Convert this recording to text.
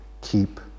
keep